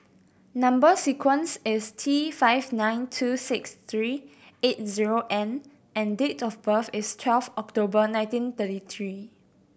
number sequence is T five nine two six three eight zero N and date of birth is twelve October nineteen thirty three